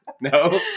No